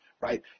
right